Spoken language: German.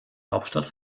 hauptstadt